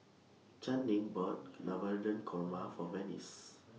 Channing bought Navratan Korma For Venice